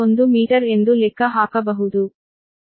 1 metre ಅನ್ನು ಲೆಕ್ಕ ಹಾಕಬಹುದು